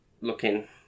looking